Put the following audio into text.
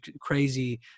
crazy